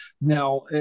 Now